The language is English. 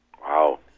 Wow